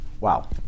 Wow